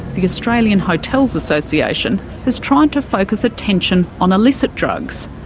the australian hotels association has tried to focus attention on illicit drugs.